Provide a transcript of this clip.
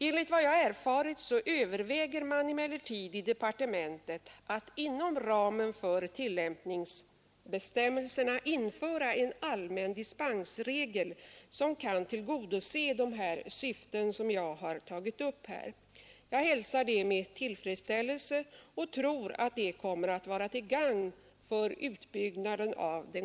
Enligt vad jag erfarit överväger man emellertid i departementet att inom ramen för tillämpningsbestämmelserna införa en allmän dispensregel som kan tillgodose de syften jag här tagit upp. Jag hälsar detta med tillfredsställelse och tror att det kommer att vara till gagn för utbyggnaden av den